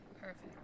Perfect